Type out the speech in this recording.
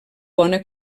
bona